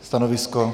Stanovisko?